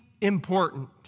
important